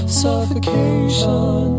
suffocation